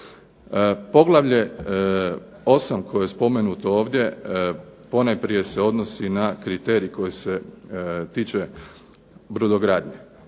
Poglavlje 8. koje je spomenuto ovdje ponajprije se odnosi na kriterij koji se tiče brodogradnje.